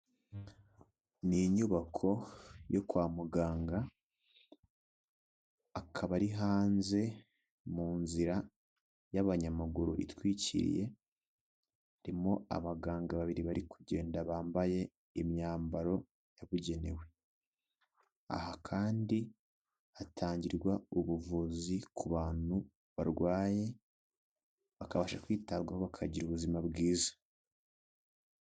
Ni inyubako yo kwa muganga, akaba ari hanze mu nzira y'abanyamaguru itwikiriye irimo abaganga babiri bari kugenda bambaye imyambaro yabugenewe. Aha kandi hatangirwa ubuvuzi ku bantu barwaye bakabasha kwitabwaho bakagira ubuzima bwiza.